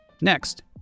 Next